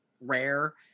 rare